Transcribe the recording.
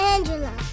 Angela